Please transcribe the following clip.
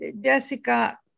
Jessica